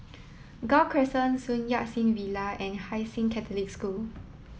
Gul Crescent Sun Yat Sen Villa and Hai Sing Catholic School